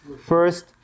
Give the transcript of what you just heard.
first